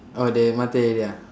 orh they matair already ah